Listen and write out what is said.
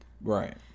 Right